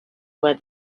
were